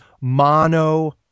Mono